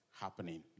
happening